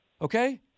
Okay